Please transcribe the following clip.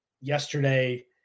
yesterday